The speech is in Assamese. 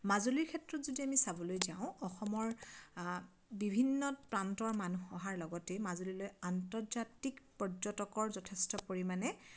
মাজুলীৰ ক্ষেত্ৰত যদি আমি চাবলৈ যাওঁ অসমৰ বিভিন্ন প্ৰান্তৰ মানুহ অহাৰ লগতে মাজুলীলৈ আন্তৰ্জাতিক পৰ্যটকৰ যথেষ্ট পৰিমাণে